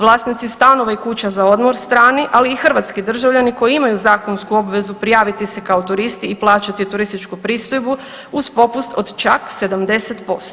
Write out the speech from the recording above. Vlasnici stanova i kuća za odmor, strani ali i hrvatski državljani koji imaju zakonsku obvezu prijaviti se kao turisti plaćati turističku pristojbu uz popust od čak 70%